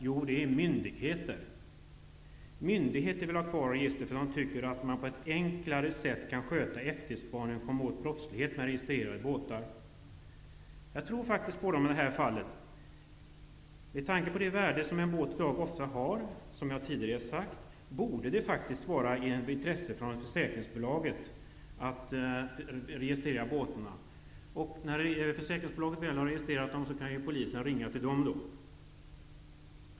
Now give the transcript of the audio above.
Jo, det är myndigheter. Myndigheter vill ha kvar registret. Man tycker att man på ett enklare sätt kan sköta efterspaningen och komma åt brottslighet bland registrerade båtar. Jag tror faktiskt på dem i det här fallet. Med tanke på det värde som en båt ofta har, vilket jag tidigare sagt, borde det faktiskt vara av intresse för försäkringsbolagen att registrera båtarna. När försäkringsbolagen väl har registrerat båtarna kan polisen ringa till dem.